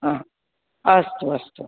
अस्तु अस्तु